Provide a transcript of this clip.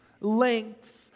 lengths